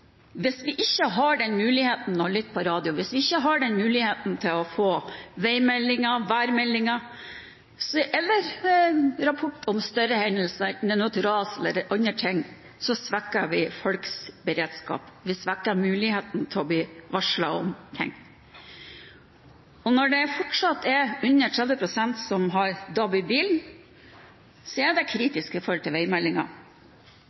hvis vi ikke har den muligheten til å lytte på radio, hvis vi ikke har den muligheten til å få veimeldinger, værmeldinger eller rapporter om større hendelser, enten det nå er et ras eller det er andre ting, svekker vi folks beredskap – vi svekker muligheten til å bli varslet om ting. Når det fortsatt er under 30 pst. som har DAB i bilen, er det